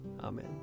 Amen